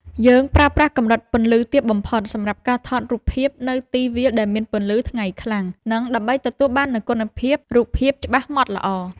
យើងប្រើប្រាស់កម្រិតពន្លឺទាបបំផុតសម្រាប់ការថតរូបភាពនៅទីវាលដែលមានពន្លឺថ្ងៃខ្លាំង និង ដើម្បីទទួលបាននូវគុណភាពរូបភាពច្បាស់ម៉ដ្ឋល្អ។